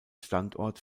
standort